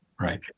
right